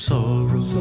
Sorrow